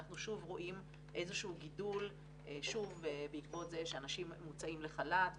אנחנו שוב רואים איזשהו גידול בעקבות זה שאנשים מוצאים לחל"ת וכו'.